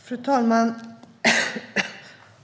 Fru talman!